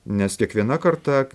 nes kiekviena karta